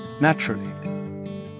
Naturally